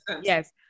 Yes